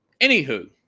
Anywho